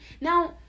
now